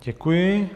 Děkuji.